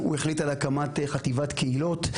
הוא החליט על הקמת חטיבת קהילות,